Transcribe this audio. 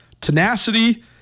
tenacity